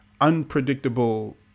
unpredictable